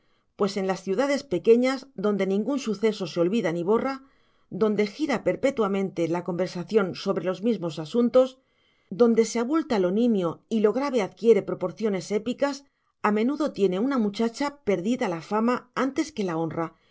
pues en las ciudades pequeñas donde ningún suceso se olvida ni borra donde gira perpetuamente la conversación sobre los mismos asuntos donde se abulta lo nimio y lo grave adquiere proporciones épicas a menudo tiene una muchacha perdida la fama antes que la honra